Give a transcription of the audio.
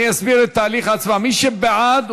אני אסביר את תהליך ההצבעה: מי שבעד,